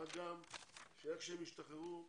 מה גם שאיך שהם ישתחררו,